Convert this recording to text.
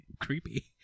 creepy